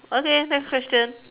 okay next question